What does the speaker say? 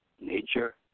nature